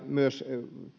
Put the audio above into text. myös